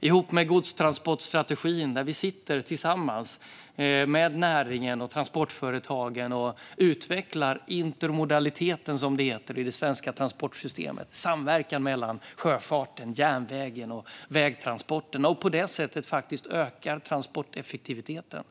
Detta har gjorts ihop med godstransportstrategin, där vi sitter tillsammans med näringen och transportföretagen och utvecklar intermodaliteten, som det heter, i det svenska transportsystemet - alltså samverkan mellan sjöfarten, järnvägen och vägtransporterna - och på det sättet ökar transporteffektiviteten.